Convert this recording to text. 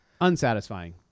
Unsatisfying